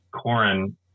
corin